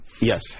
Yes